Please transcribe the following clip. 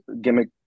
gimmick